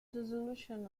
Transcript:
dissolution